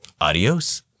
Adios